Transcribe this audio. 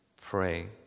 pray